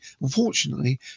unfortunately